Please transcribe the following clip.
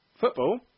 football